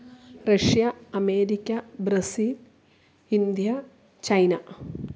Russia America Brazil India China